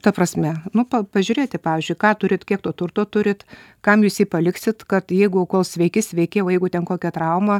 ta prasme nu pažiūrėti pavyzdžiui ką turit kiek to turto turit kam jūs jį paliksit kad jeigu kol sveiki sveiki o jeigu ten kokia trauma